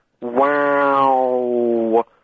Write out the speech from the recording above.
wow